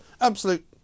Absolute